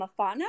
Mafana